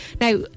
now